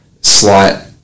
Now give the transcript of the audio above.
slight